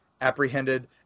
apprehended